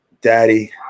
daddy